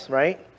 right